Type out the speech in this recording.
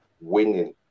Winning